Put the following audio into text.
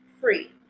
free